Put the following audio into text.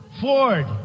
Ford